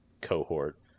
cohort